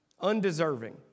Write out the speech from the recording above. Undeserving